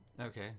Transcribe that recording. okay